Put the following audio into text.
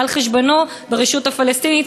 על חשבונו ברשות הפלסטינית,